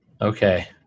Okay